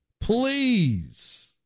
please